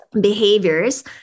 behaviors